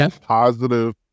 Positive